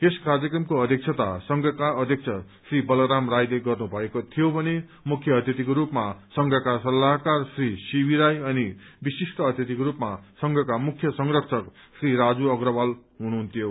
यस कार्यक्रमको अध्यक्षता संघका अध्यक्ष श्री बलराम राईले गर्नुभएको थियो भने मुख्य अतिथिको रूपमा संघका सत्लाहकार श्री सीबी राई अनि विशिष्ठ अतिथिको रूपमा संघका मुख्य संरक्षक श्री राजु अग्रवाल उपस्थित थिए